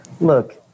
Look